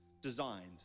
designed